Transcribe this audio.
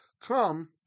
come